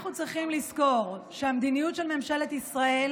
אנחנו צריכים לזכור שהמדיניות של ממשלת ישראל